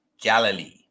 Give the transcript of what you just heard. Galilee